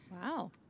Wow